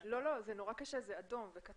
נורא קשה לקרוא את זה כי זה מסומן באדום ובכתום.